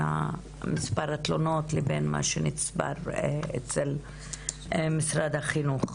מספר התלונות לבין מה שנצבר במשרד החינוך.